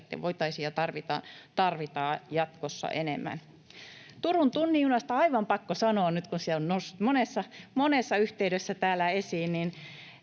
sitä tukea sitten tarvitaan jatkossa enemmän. Turun tunnin junasta on aivan pakko sanoa nyt, kun se on noussut monessa yhteydessä täällä esiin.